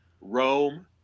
Rome